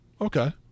Okay